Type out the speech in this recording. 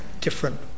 Different